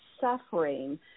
suffering